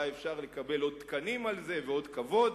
ואולי אפשר לקבל עוד תקנים על זה ועוד כבוד.